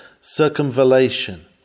circumvallation